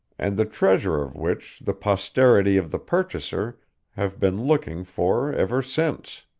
and the treasure of which the posterity of the purchaser have been looking for ever since.